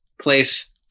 place